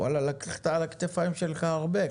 לקחת על הכתפיים שלך הרבה.